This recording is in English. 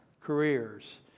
careers